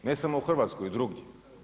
Ne samo u Hrvatskoj i drugdje.